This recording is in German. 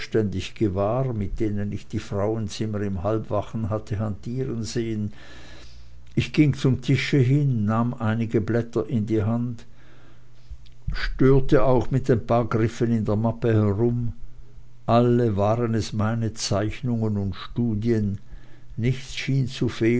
gewahr mit denen ich die frauenzimmer im halbwachen hatte hantieren sehen ich ging zum tische hin nahm einige blätter in die hand störte auch mit ein paar griffen in der mappe herum alle waren es meine zeichnungen und studien nichts